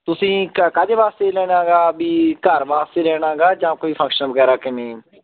ਤੁਸੀਂ ਕਾ ਕਾਹਦੇ ਵਾਸਤੇ ਲੈਣਾ ਗਾ ਵੀ ਘਰ ਵਾਸਤੇ ਲੈਣਾ ਗਾ ਜਾਂ ਕੋਈ ਫੰਕਸ਼ਨ ਵਗੈਰਾ ਕਿਵੇਂ